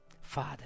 Father